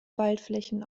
waldflächen